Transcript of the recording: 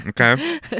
Okay